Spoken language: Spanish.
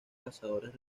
cazadores